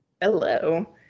Hello